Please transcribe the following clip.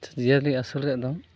ᱡᱤᱭᱟᱹᱞᱤ ᱟᱥᱩᱞ ᱨᱮᱭᱟᱜ ᱫᱚ